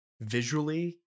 visually